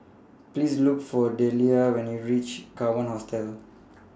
Please Look For Dellia when YOU REACH Kawan Hostel